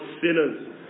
sinners